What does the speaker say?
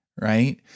right